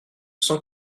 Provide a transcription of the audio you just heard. cent